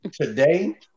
today